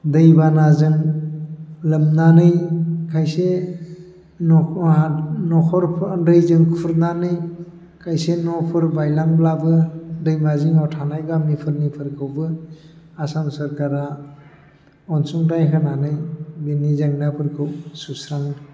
दै बानाजों लोबनानै खायसे न'खरफोरा दैजों खुरनानै खायसे न'फोर बायलांब्लाबो दैमा जिङाव थानाय गामिफोरनिफोरखौबो आसाम सोरखारा अनसुंथाइ होनानै बेनि जेंनाफोरखौ सुस्राङो